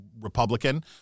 Republican